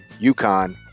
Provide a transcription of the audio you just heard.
UConn